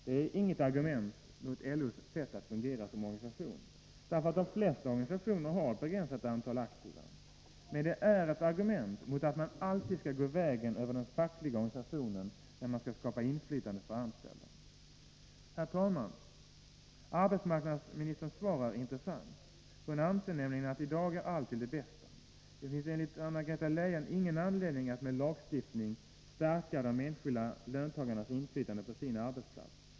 Det är inget argument mot LO:s sätt att fungera som organisation — de flesta organisationer har ett begränsat antal aktiva — men det är ett argument mot att man alltid skall gå vägen över den fackliga organisationen, när man vill skapa inflytande för de anställda. Herr talman! Arbetsmarknadsministerns svar är intressant. Hon anser nämligen att allt är som det skall vara i dag. Det finns enligt Anna-Greta Leijon ingen anledning att med lagstiftning stärka de enskilda löntagarnas inflytande på sin arbetsplats.